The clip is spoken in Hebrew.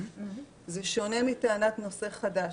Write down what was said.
זה שונה מטענת נושא חדש,